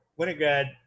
Winograd